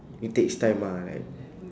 it takes time ah right